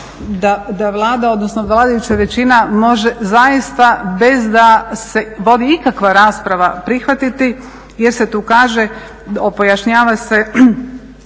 da Vlada, odnosno vladajuća većina može zaista bez da se vodi ikakva rasprava prihvatiti jer se tu kaže, pojašnjava se